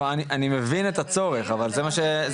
זאת אומרת, אני מבין את הצורך אבל זה מה שייווצר.